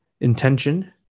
intention